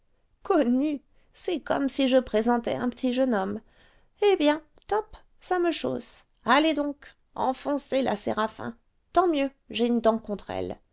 connu c'est comme si je présentais un petit jeune homme eh bien tope ça me chausse allez donc enfoncée la séraphin tant mieux j'ai une dent contre elle